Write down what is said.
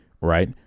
right